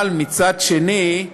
אבל מצד שני,